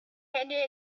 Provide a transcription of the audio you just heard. handed